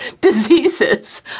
diseases